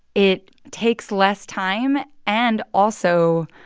it takes less time, and also,